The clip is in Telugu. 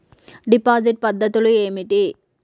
డిపాజిట్ పద్ధతులు ఏమిటి?